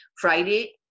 Friday